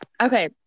Okay